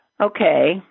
Okay